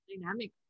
dynamic